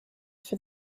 for